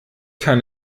kann